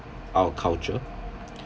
our culture